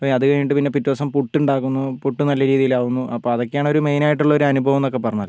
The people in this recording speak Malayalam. അത് കഴിഞ്ഞിട്ട് പിന്നെ പിറ്റേദിവസം പുട്ടുണ്ടാക്കുന്നു പുട്ട് നല്ല രീതിയിലാവുന്നു അപ്പോൾ അതൊക്കെയാണ് ഒരു മെയിനായിട്ടുള്ള ഒരനുഭവം എന്നൊക്കെ പറഞ്ഞാൽ